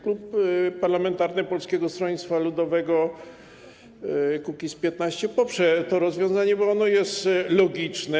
Klub parlamentarny Polskiego Stronnictwa Ludowego - Kukiz15 poprze to rozwiązanie, bo ono jest logiczne.